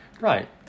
Right